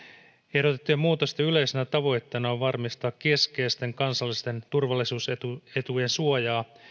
ehdotettujen muutosten yleisenä tavoitteena on varmistaa keskeisten kansallisten turvallisuusetujen suojaa